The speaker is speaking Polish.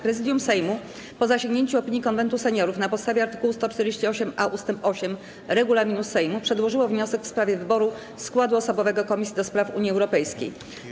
Prezydium Sejmu, po zasięgnięciu opinii Konwentu Seniorów, na podstawie art. 148a ust. 8 regulaminu Sejmu przedłożyło wniosek w sprawie wyboru składu osobowego Komisji do Spraw Unii Europejskiej.